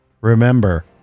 Remember